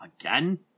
Again